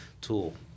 tool